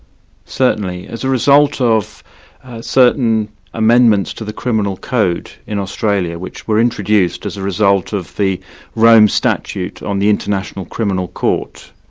certainly. as a result of certain amendments to the criminal code in australia, which were introduced as a result of the rome statute on the international criminal court,